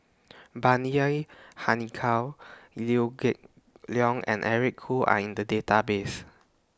Bani Haykal Liew Geok Leong and Eric Khoo Are in The Database